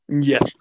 Yes